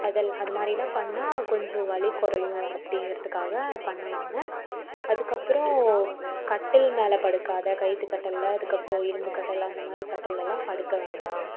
அதெல் அதுமாதிரிலாம் பண்ணா கொஞ்சம் வலி குறையும் அப்படிங்கிறதுக்காக பண்ணுவாங்க அதுக்கப்புறோம் கட்டில் மேல படுக்காத கயித்துக்கட்டிலில் அதுக்கப்புறோம் இரும்புக்கட்டிலில் அந்தமாதிரி கட்டில்ல எல்லாம் படுக்க வேண்டாம்